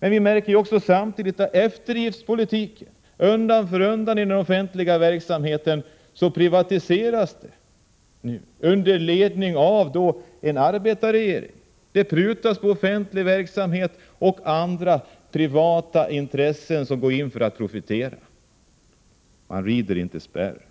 Man märker samtidigt eftergiftspolitiken inom den offentliga verksamheten. Undan för undan privatiseras det, under en arbetarregering. Det prutas på den offentliga verksamheten, och privata intressen går in för att profitera. Man rider inte spärr.